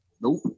Nope